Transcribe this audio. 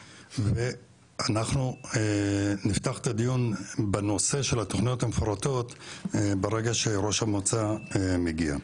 אנחנו נפתח את הדיון בנושא של התוכניות המפורטות ברגע שראש המועצה יגיע.